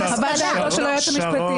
חוות דעת כמו של היועץ המשפטי.